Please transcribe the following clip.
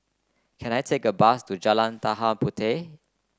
can I take a bus to Jalan Tanah Puteh